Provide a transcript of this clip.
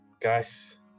Guys